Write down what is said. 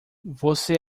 você